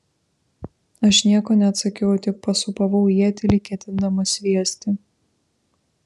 aš nieko neatsakiau tik pasūpavau ietį lyg ketindamas sviesti